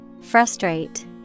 Frustrate